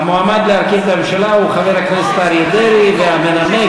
שר האוצר אמר שהולכים,